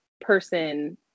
person